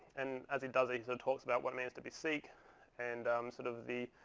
and as he does, he and talks about what it means to be sikh and um sort of the